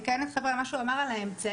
אני כן אתחבר למה שהוא אמר על האמצעים,